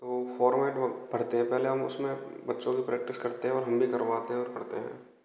तो फॉर्मेट पढ़ते हैं पहले जैसे हम उसमें बच्चों की प्रैक्टिस करते हैं और हम भी करवाते हैं और करते हैं